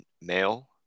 male